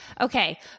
Okay